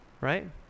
right